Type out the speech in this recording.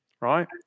right